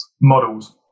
models